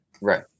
Right